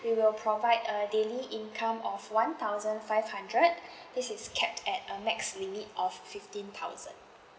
we will provide a daily income of one thousand five hundred this is capped at a max limit of fifteen thousand